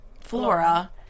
Flora